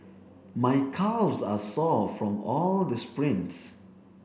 my calves are sore from all the sprints